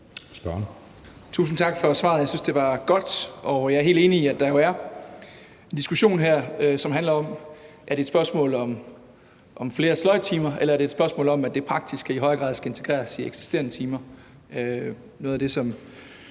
Tusind tak for svaret. Jeg synes, det var godt. Jeg er helt enig i, at der jo er en diskussion her, som handler om, om det er et spørgsmål om flere sløjdtimer, eller om det er et spørgsmål om, at det praktiske i højere grad skal integreres i eksisterende timer – noget af det, som